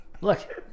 Look